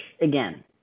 again